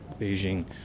Beijing